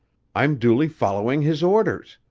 i'm duly following his orders.